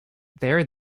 there